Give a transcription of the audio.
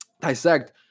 Dissect